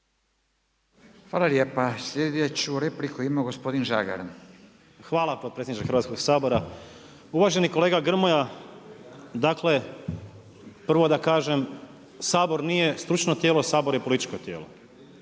Hvala lijepa. Slijedeću repliku ima gospodin Žagar. **Žagar, Tomislav (Nezavisni)** Hvala potpredsjedniče Hrvatskog sabora. Uvaženi kolega Grmoja, dakle, prvo da kažem, Sabor nije stručno tijelo, Sabor je političko tijelo.